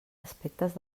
aspectes